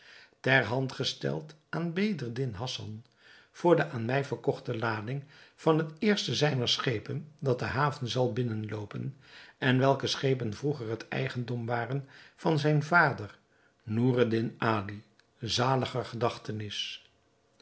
terhandgesteld aan bedreddin hassan voor de aan mij verkochte lading van het eerste zijner schepen dat de haven zal binnenloopen en welke schepen vroeger het eigendom waren van zijn vader noureddin ali zaliger gedachtenis